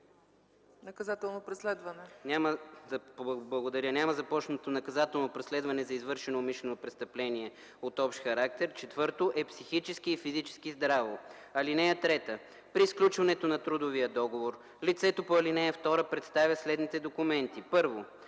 няма започнато наказателно преследване за извършено умишлено престъпление от общ характер; 4. е психически и физически здраво. (3) При сключването на трудовия договор лицето по ал. 2 представя следните документи: 1.